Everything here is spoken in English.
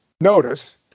notice